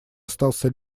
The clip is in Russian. остался